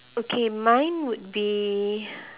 okay mine would be